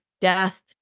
death